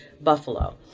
Buffalo